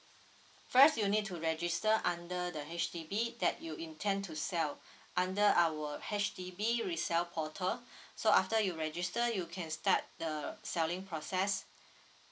first you need to register under the H_D_B that you intend to sell under our H_D_B resell portal so after you register you can start the selling process